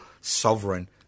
sovereign